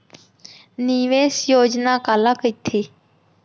निवेश योजना काला कहिथे?